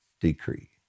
decree